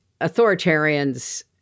authoritarians